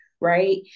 right